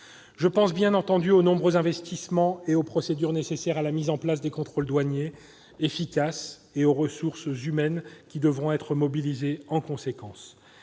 Elle concerne les nombreux investissements et les procédures nécessaires à la mise en place de contrôles douaniers efficaces et aux ressources humaines qui devront être mobilisées en conséquence.